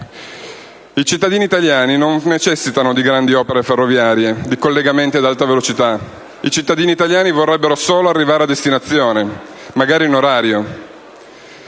I cittadini italiani non necessitano di grandi opere ferroviarie, di collegamenti ad alta velocità: i cittadini italiani vorrebbero solo arrivare a destinazione, magari in orario.